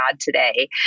today